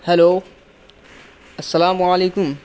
hello السلام علیکم